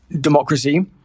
democracy